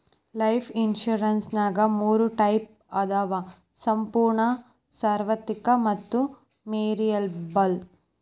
life ಇನ್ಸುರೆನ್ಸ್ನ್ಯಾಗ ಮೂರ types ಅದಾವ ಸಂಪೂರ್ಣ ಸಾರ್ವತ್ರಿಕ ಮತ್ತ ವೇರಿಯಬಲ್